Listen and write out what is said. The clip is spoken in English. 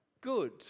good